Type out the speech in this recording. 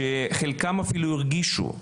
שחלקם אפילו הרגישו,